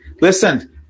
Listen